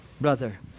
brother